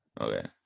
Okay